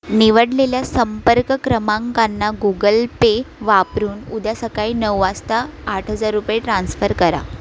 निवडलेल्या संपर्क क्रमांकांना गुगल पे वापरून उद्या सकाळी नऊ वाजता आठ हजार रुपये ट्रान्स्फर करा